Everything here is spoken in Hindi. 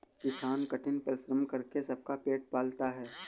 किसान कठिन परिश्रम करके सबका पेट पालता है